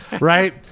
right